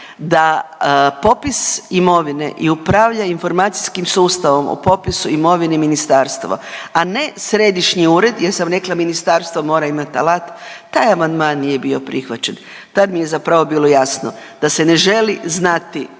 Da popis imovine i upravlja informacijskim sustavom o popisu imovine i ministarstvo, a ne središnji ured jer sam rekla ministarstvo mora imat alat. Taj amandman nije bio prihvaćen, tad mi je zapravo bilo jasno da se ne želi znati